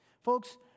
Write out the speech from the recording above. Folks